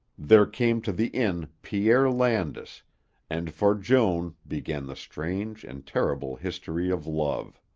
there came to the inn pierre landis and for joan began the strange and terrible history of love.